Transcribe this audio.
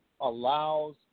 allows